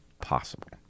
possible